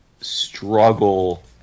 struggle